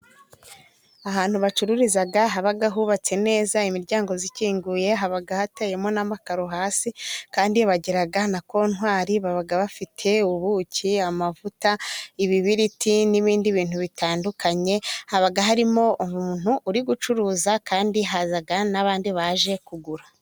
Ahantu bacururiza haba hubatse neza, imiryango ikinguye. Haba hateyemo n'amakaro hasi, kandi bagira na kontwari, baba bafite ubuki, amavuta, ibibiriti n'ibindi bintu bitandukanye. Haba harimo umuntu uri gucuruza kandi haza n'abandi baje kugura.